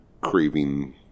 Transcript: craving